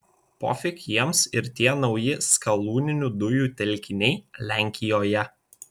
pofik jiems ir tie nauji skalūninių dujų telkiniai lenkijoje